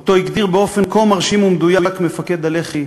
שאותו הגדיר באופן כה מרשים ומדויק מפקד הלח"י